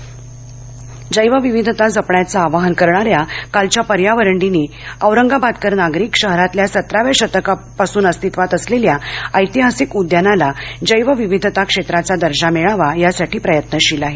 हिमायतबाग जैवविविधता जपण्याचं आवाहन करणाऱ्या कालच्या पर्यावरण दिनी औरंगाबादकर नागरिक शहरातल्या सतराव्या शतकापासून अस्तित्वात असलेल्या ऐतिहासिक उद्यानाला जैवविविधता क्षेत्राचा दर्जा मिळावा यासाठी प्रयत्नशील आहेत